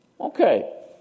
Okay